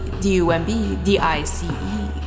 D-U-M-B-D-I-C-E